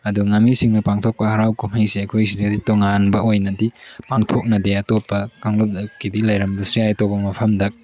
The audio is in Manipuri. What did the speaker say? ꯑꯗꯣ ꯉꯥꯃꯤꯁꯤꯡꯅ ꯄꯥꯡꯊꯣꯛꯄ ꯍꯥꯔꯥꯎ ꯀꯨꯝꯍꯩꯁꯦ ꯑꯩꯈꯣꯏ ꯁꯤꯗꯗꯤ ꯇꯣꯉꯥꯟꯕ ꯑꯣꯏꯅꯗꯤ ꯄꯥꯡꯊꯣꯛꯅꯗꯦ ꯑꯇꯣꯞꯄ ꯀꯥꯡꯂꯨꯞꯀꯤꯗꯤ ꯂꯩꯔꯝꯕꯁꯨ ꯌꯥꯏ ꯑꯇꯣꯞꯄ ꯃꯐꯝꯗ